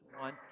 one